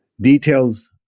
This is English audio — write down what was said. details